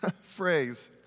phrase